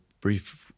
brief –